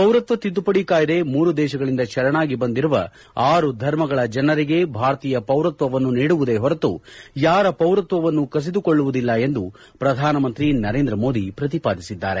ಪೌರತ್ವ ತಿದ್ದುಪಡಿ ಕಾಯ್ದೆ ಮೂರು ದೇಶಗಳಿಂದ ಶರಣಾಗಿ ಬಂದಿರುವ ಆರು ಧರ್ಮಗಳ ಜನರಿಗೆ ಭಾರತೀಯ ಪೌರತ್ವವನ್ನು ನೀಡುವುದೇ ಹೊರತು ಯಾರ ಪೌರತ್ವವನ್ನು ಕಿಸಿದುಕೊಳ್ಳುವುದಿಲ್ಲ ಎಂದು ಪ್ರಧಾನ ಮಂತ್ರಿ ನರೇಂದ್ರ ಮೋದಿ ಪ್ರತಿಪಾದಿಸಿದ್ದಾರೆ